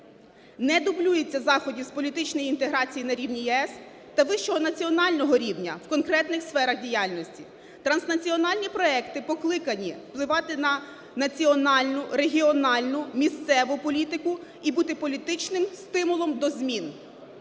не дублюється заходів з політичної інтеграції на рівні ЄС та вищого національного рівня в конкретних сферах діяльності. Транснаціональні проекти покликані впливати на національну, регіональну, місцеву політику і бути політичним стимулом до змін.